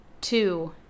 two